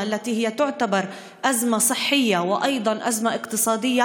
ימים מפרידים, שבוע אחד לפתיחת שנת הלימודים.